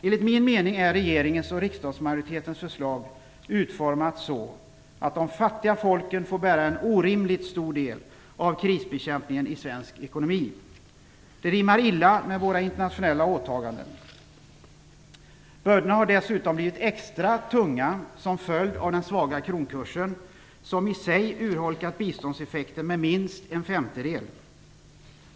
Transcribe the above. Enligt min mening är regeringens och riksdagsmajoritetens förslag utformat så att de fattiga folken får bära en orimligt stor del av krisbekämpningen i svensk ekonomi. Det rimmar illa med våra internationella åtaganden. Bördorna har dessutom blivit extra tunga som följd av den svaga kronkursen, som i sig urholkat biståndseffekten med minst en femtedel.